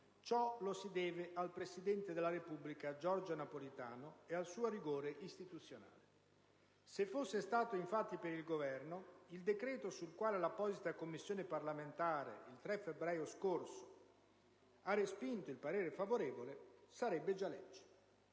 ciò lo si deve al presidente della Repubblica Giorgio Napolitano e al suo rigore istituzionale. Se fosse stato per il Governo, infatti, il decreto sul quale l'apposita Commissione parlamentare il 3 febbraio scorso ha respinto il parere favorevole, sarebbe già legge.